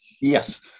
Yes